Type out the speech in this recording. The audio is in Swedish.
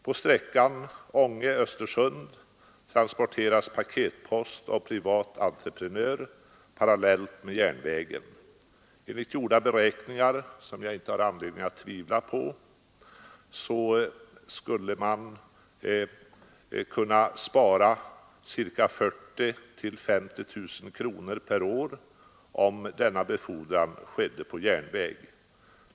På sträckan Ånge—Östersund transporteras paketpost av privat entreprenör parallellt med järnvägen. Enligt gjorda beräkningar, som jag inte har anledning att tvivla på, skulle man kunna spara 40 000—50 000 kronor per år om denna befordran skedde på järnväg.